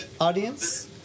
audience